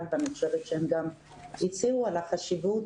ואני חושבת שהם גם הצהירו על החשיבות